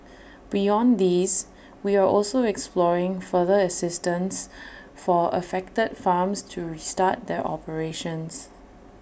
beyond these we are also exploring further assistance for affected farms to restart their operations